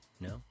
No